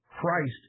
Christ